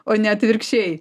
o ne atvirkščiai